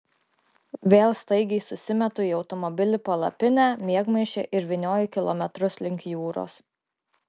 vėl staigiai susimetu į automobilį palapinę miegmaišį ir vynioju kilometrus link jūros